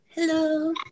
Hello